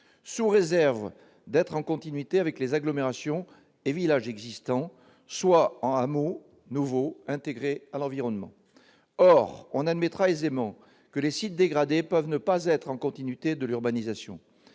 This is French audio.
sous réserve d'être en continuité avec les agglomérations et villages existants, soit en hameaux nouveaux intégrés à l'environnement. Or on admettra aisément que les sites dégradés peuvent ne pas être en continuité de l'urbanisation.